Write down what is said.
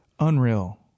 Unreal